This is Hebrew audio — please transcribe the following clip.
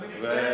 אני מצטער.